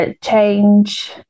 change